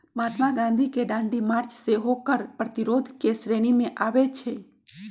महात्मा गांधी के दांडी मार्च सेहो कर प्रतिरोध के श्रेणी में आबै छइ